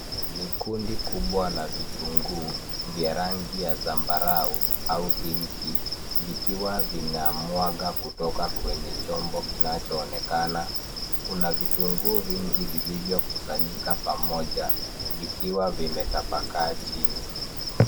Ni kundi kubwa la vitunguu vya rangi ya zambarau au pinki vikiwa vinamwaga kutoka kwenye chombo kinachoonekana. Kuna vitunguu vingi vilivyokusanyika pamoja vikiwa vimetapakaa chini.